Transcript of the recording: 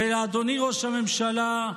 אדוני ראש הממשלה,